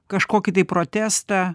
kažkokį tai protestą